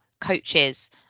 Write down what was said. coaches